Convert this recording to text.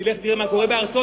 לך תראה מה קורה בארצות-הברית,